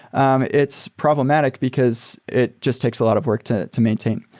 um it's problematic because it just takes a lot of work to to maintain.